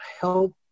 help